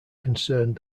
concerned